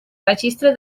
registre